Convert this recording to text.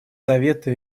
совета